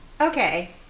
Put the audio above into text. okay